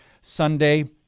Sunday